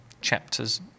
chapters